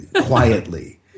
quietly